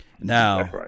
Now